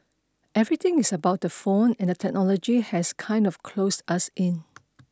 everything is about the phone and the technology has kind of closed us in